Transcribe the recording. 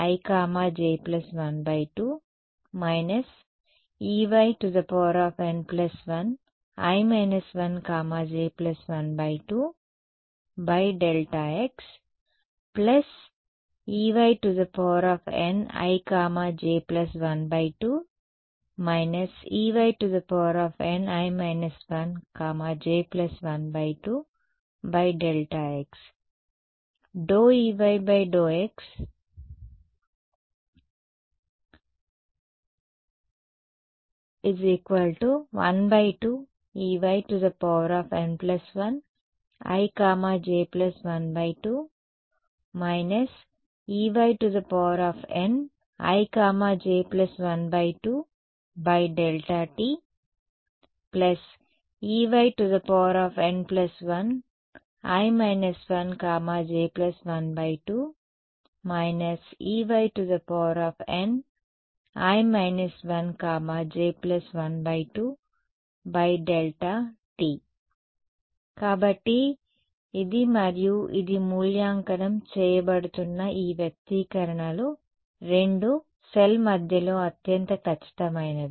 Ey∂x 12Eyn1ij12 Eyn1i 1j12∆x Eynij12 Eyni 1j12∆x Ey∂x 12Eyn1ij12 Eynij12∆t Eyn1i 1j12 Eyni 1j12∆t కాబట్టి ఇది మరియు ఇది మూల్యాంకనం చేయబడుతున్న ఈ వ్యక్తీకరణలు రెండూ సెల్ మధ్యలో అత్యంత ఖచ్చితమైనవి